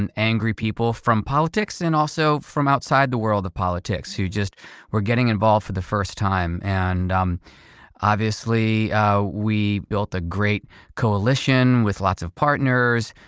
and angry people from politics and also from outside the world of politics who just were getting involved for the first time. and um obviously ah we built a great coalition with lots of partners.